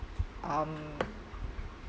um